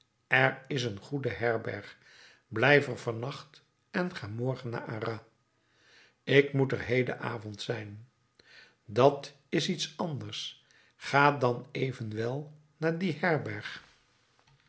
er is een goede herberg blijf er van nacht en ga morgen naar arras ik moet er hedenavond zijn dat is iets anders ga dan evenwel naar die herberg